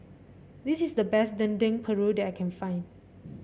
this is the best Dendeng Paru that I can find